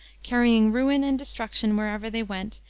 carrying ruin and destruction wherever they went,